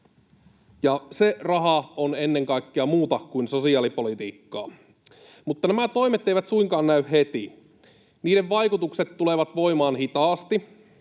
se raha on ennen kaikkea muuta kuin sosiaalipolitiikkaa. Mutta nämä toimet eivät suinkaan näy heti. Niiden vaikutukset tulevat voimaan hitaasti.